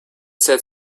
said